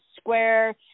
square